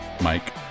Mike